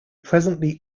presently